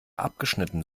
abgeschnitten